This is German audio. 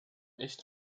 echt